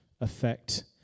affect